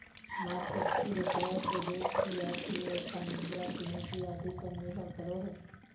market पूरे तरह से देश की अर्थव्यवस्था मुद्रा के नीति आदि पर निर्भर करो हइ